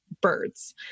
birds